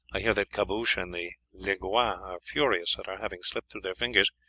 i hear that caboche and the legoix are furious at our having slipped through their fingers,